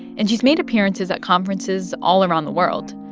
and she's made appearances at conferences all around the world.